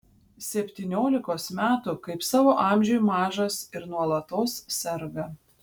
septyniolikos metų kaip savo amžiui mažas ir nuolatos serga